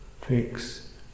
fix